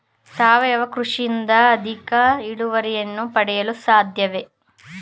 ಸಾವಯವ ಕೃಷಿಯಿಂದ ಅಧಿಕ ಇಳುವರಿಯನ್ನು ಪಡೆಯಲು ಸಾಧ್ಯವೇ?